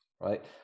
right